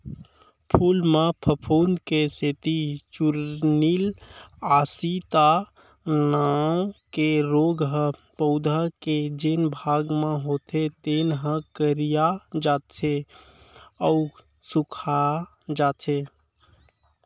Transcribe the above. फूल म फफूंद के सेती चूर्निल आसिता नांव के रोग ह पउधा के जेन भाग म होथे तेन ह करिया जाथे अउ सूखाजाथे